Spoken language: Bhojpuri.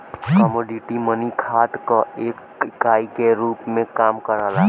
कमोडिटी मनी खात क एक इकाई के रूप में काम करला